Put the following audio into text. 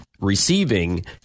receiving